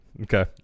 okay